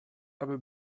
aby